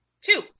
Two